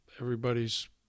everybody's